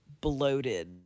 bloated